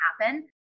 happen